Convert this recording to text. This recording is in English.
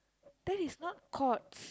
that is not Courts